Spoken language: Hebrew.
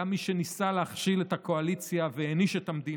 היה מי שניסה להכשיל את הקואליציה והעניש את המדינה,